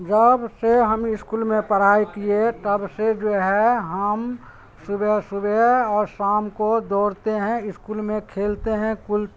جب سے ہم اسکول میں پڑھائی کیے تب سے جو ہے ہم صبح صبح اور شام کو دوڑتے ہیں اسکول میں کھیلتے ہیں کل